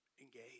engage